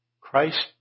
Christ